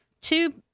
two